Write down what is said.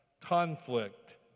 conflict